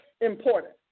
important